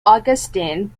augustine